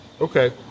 Okay